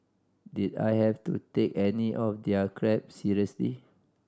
did I have to take any of their crap seriously